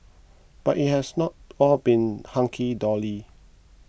but it has not all been hunky dory